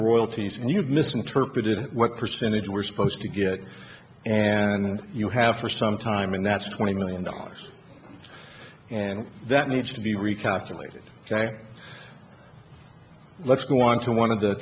royalties and you've misinterpreted what percentage we're supposed to get and you have for some time and that's twenty million dollars and that needs to be recalculated ok let's go on to one of the